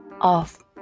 off